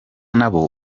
nabo